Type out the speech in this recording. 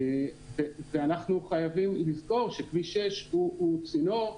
ואנחנו חייבים לזכור שכביש 6 הוא צינור,